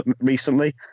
recently